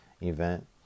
event